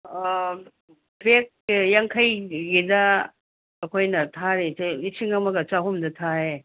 ꯕꯦꯛꯁꯦ ꯌꯥꯡꯈꯩꯒꯤꯗ ꯑꯩꯈꯣꯏꯅ ꯊꯥꯔꯤꯁꯦ ꯂꯤꯁꯤꯡ ꯑꯃꯒ ꯆꯍꯨꯝꯗ ꯊꯥꯏꯌꯦ